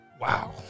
Wow